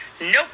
Nope